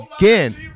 Again